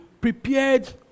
prepared